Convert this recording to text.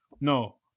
no